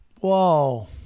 Whoa